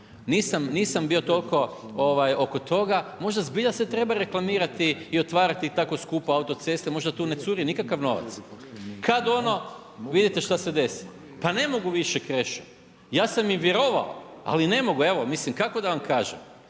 Nisam bio toliko oko toga, možda zbilja se treba reklamirati i otvarati tako skupa autocesta, možda tu ne curi nikakav novac. Kad ono, vidite šta se desi. Pa ne mogu više Krešo, ja sam im vjerovao, ali ne mogu, evo mislim kako da vam kažem.